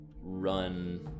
run